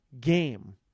game